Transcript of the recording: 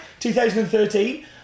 2013